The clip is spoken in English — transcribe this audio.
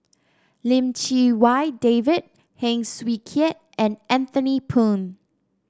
Lim Chee Wai David Heng Swee Keat and Anthony Poon